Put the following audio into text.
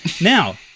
Now